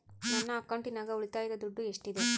ನನ್ನ ಅಕೌಂಟಿನಾಗ ಉಳಿತಾಯದ ದುಡ್ಡು ಎಷ್ಟಿದೆ?